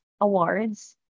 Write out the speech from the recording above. awards